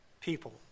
people